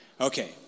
Okay